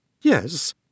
yes